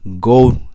Go